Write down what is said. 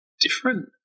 different